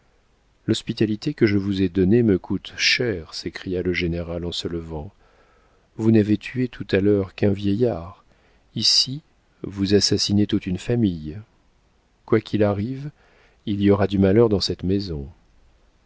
l'hospitalité que je vous ai donnée me coûte cher s'écria le général en se levant vous n'avez tué tout à l'heure qu'un vieillard ici vous assassinez toute une famille quoi qu'il arrive il y aura du malheur dans cette maison